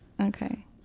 Okay